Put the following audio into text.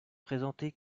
présenté